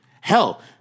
hell